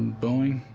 boeing.